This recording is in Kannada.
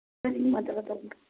ಸರ್ ಹಿಂಗೆ ಮಾತಾಡತಾರೆ ನೋಡ್ರಿ